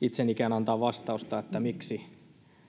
itsenikään antaa vastausta miksi